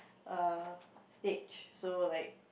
err stage so like